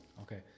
Okay